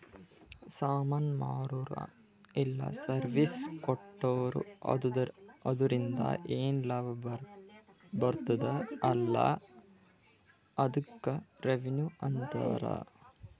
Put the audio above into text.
ಸಾಮಾನ್ ಮಾರುರ ಇಲ್ಲ ಸರ್ವೀಸ್ ಕೊಟ್ಟೂರು ಅದುರಿಂದ ಏನ್ ಲಾಭ ಬರ್ತುದ ಅಲಾ ಅದ್ದುಕ್ ರೆವೆನ್ಯೂ ಅಂತಾರ